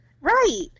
Right